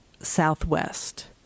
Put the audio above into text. southwest